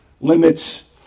limits